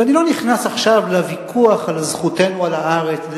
ואני לא נכנס עכשיו לוויכוח על זכותנו על הארץ,